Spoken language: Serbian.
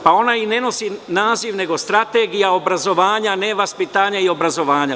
Pa ona i ne nosi naziv, nego strategija obrazovanja, ne vaspitanja i obrazovanja.